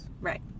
Right